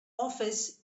office